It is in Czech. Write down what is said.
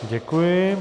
Děkuji.